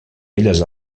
belles